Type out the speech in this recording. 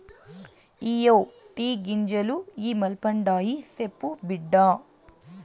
ఇయ్యే టీ గింజలు ఇ మల్పండాయి, సెప్పు బిడ్డా